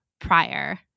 prior